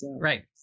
Right